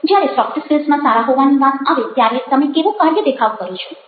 જ્યારે સોફ્ટ સ્કિલ્સમાં સારા હોવાની વાત આવે ત્યારે તમે કેવો કાર્ય દેખાવ કરો છો